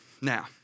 Now